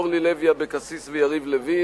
אורלי לוי אבקסיס ויריב לוין.